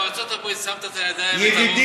בארצות-הברית שמת את הידיים ואת הראש?